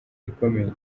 ikomeye